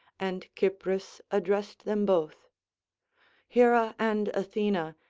and cypris addressed them both hera and athena,